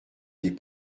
des